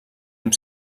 amb